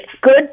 good